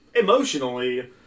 emotionally